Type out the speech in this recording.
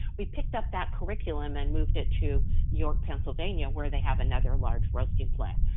we picked up that curriculum and moved it to york, pennsylvania, where they have another large roasting plant.